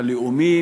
הלאומי,